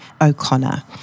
O'Connor